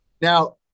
Now